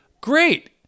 great